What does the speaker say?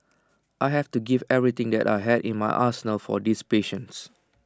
I have to give everything that I had in my arsenal for these patients